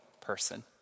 person